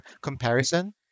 comparison